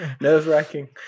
nerve-wracking